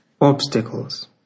Obstacles